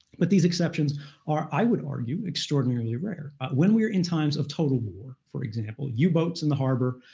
but these exceptions are, i would argue, extraordinarily rare. when we're in times of total war, for example u boats in the harbor,